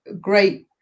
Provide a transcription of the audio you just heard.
great